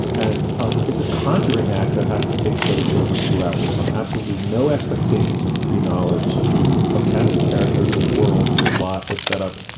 and um it's a contouring act that has to take place over two hours from absolutely no expectations or pre-knowledge to a cast of characters, a world, a plot, a setup,